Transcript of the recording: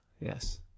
Yes